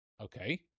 Okay